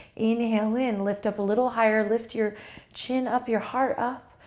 inhale in. lift up a little higher. lift your chin up, your heart up.